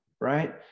Right